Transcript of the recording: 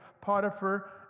Potiphar